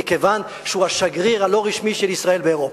מכיוון שהוא השגריר הלא-רשמי של ישראל באירופה.